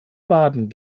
baden